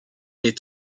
est